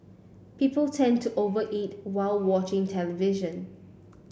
people tend to over eat while watching television